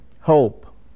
hope